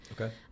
Okay